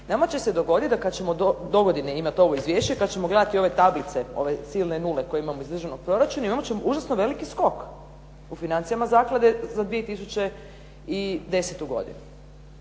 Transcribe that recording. nama će se dogoditi da kad ćemo do godine imati ovo izvješće pa ćemo gledati ove tablice, ove silne nule koje imamo iz državnog proračuna i imat ćemo užasno veliki skok u financijama zaklade za 2010. godinu.